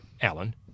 Alan